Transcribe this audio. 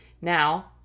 Now